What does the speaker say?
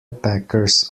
packers